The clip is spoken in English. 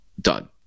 done